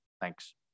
Thanks